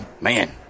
man